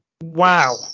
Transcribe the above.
Wow